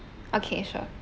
okay sure